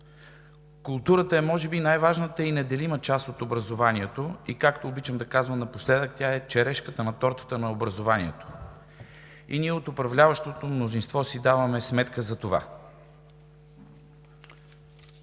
Културата е може би най-важната и неделима част от образованието и както обичам да казвам напоследък, тя е черешката на тортата на образованието. Ние от управляващото мнозинство си даваме сметка за това.